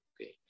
Okay